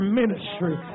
ministry